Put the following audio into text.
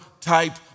type